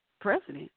president